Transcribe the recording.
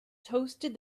toasted